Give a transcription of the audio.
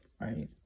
right